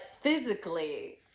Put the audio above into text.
physically